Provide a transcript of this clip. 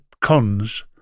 cons